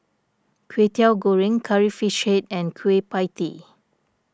Kwetiau Goreng Curry Fish Head and Kueh Pie Tee